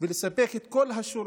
כדי לספק את כל השירותים